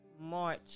March